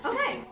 Okay